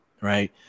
right